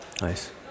Nice